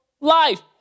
life